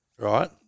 Right